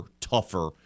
tougher